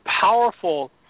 powerful